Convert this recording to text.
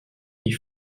est